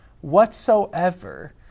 whatsoever